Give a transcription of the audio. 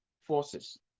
forces